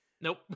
Nope